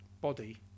body